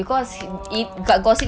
oh